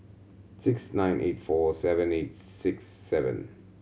six nine eight four seven eight six seven